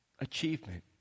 achievement